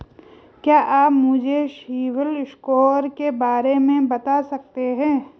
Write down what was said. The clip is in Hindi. क्या आप मुझे सिबिल स्कोर के बारे में बता सकते हैं?